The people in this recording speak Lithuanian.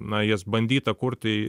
na jas bandyta kurti